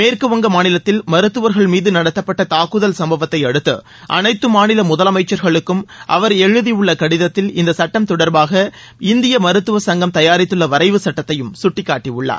மேற்கு வங்க மாநிலத்தில் மருத்துவர்கள் மீது நடத்தப்பட்ட தாக்குதல் சம்பவத்தை அடுத்து அனைத்து மாநில முதலமைச்சர்களுக்கும் அவர் எழுதியுள்ள கடிதத்தில் இந்த சட்டம் தொடர்பாக இந்திய மருத்துவ சங்கம் தயாரித்துள்ள வரைவுச் சட்டத்தையும் சுட்டிக்காட்டியுள்ளார்